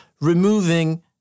removing